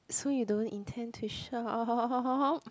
so you don't intend to shop